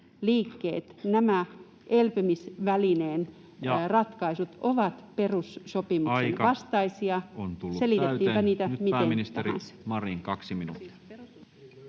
nämä elpymisvälineen ratkaisut ovat perussopimuksen vastaisia, selitettiinpä niitä miten tahansa.